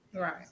Right